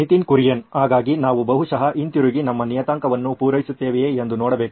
ನಿತಿನ್ ಕುರಿಯನ್ ಹಾಗಾಗಿ ನಾವು ಬಹುಶಃ ಹಿಂತಿರುಗಿ ನಮ್ಮ ನಿಯತಾಂಕಗಳನ್ನು ಪೂರೈಸುತ್ತೇವೆಯೇ ಎಂದು ನೋಡಬೇಕು